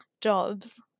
jobs